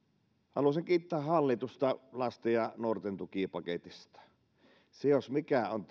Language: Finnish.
haluaisin kiittää hallitusta lasten ja nuorten tukipaketista se jos mikä on